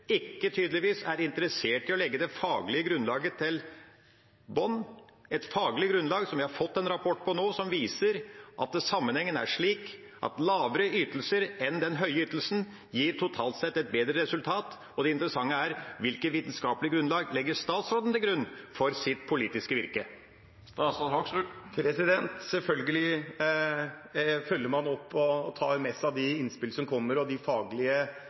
tydeligvis ikke er interessert i å legge det faglige grunnlaget i bunnen, et faglig grunnlag som vi har fått en rapport om nå, og som viser at sammenhengen er slik at lavere ytelser enn den høye ytelsen totalt sett gir et bedre resultat. Det interessante er: Hvilket vitenskapelig grunnlag legger statsråden til grunn for sitt politiske virke? Selvfølgelig følger man opp og tar med seg de faglige innspillene som kommer. I går var jeg i Vestfold og